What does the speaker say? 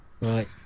right